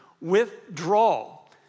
withdrawal